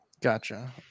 Gotcha